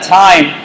time